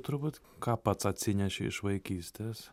turbūt ką pats atsineši iš vaikystės